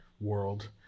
world